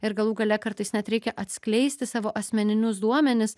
ir galų gale kartais net reikia atskleisti savo asmeninius duomenis